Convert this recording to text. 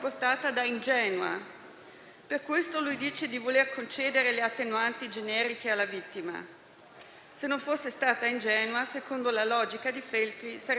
Ci sarebbero tanti altri esempi sulle lacune del diritto di famiglia a danno delle donne, ma purtroppo la discussione da noi è solo intorno ai padri separati.